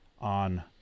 on